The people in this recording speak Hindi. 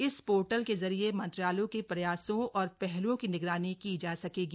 इस पोर्टल के जरिए मंत्रालय के प्रयासों और पहलों की निगरानी की जा सकेगी